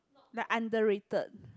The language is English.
like underrated